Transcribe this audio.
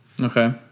Okay